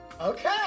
Okay